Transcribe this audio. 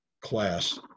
class